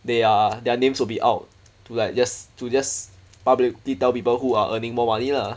they are their names will be out to like just to just publicly tell people who are earning more money lah